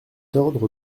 ordre